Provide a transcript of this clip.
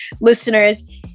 listeners